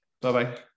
Bye-bye